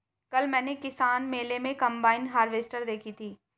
कल मैंने किसान मेले में कम्बाइन हार्वेसटर देखी थी